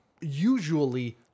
usually